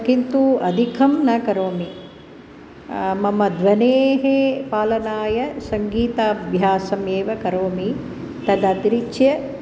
किन्तु अधिकं न करोमि मम ध्वनेः पालनाय सङ्गीताभ्यासमेव करोमि तद् अतिरिच्य